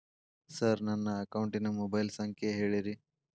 sir ನನ್ನ ಅಕೌಂಟಿನ mobile ಸಂಖ್ಯೆ ಹೇಳಿರಿ